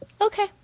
Okay